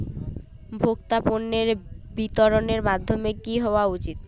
ভোক্তা পণ্যের বিতরণের মাধ্যম কী হওয়া উচিৎ?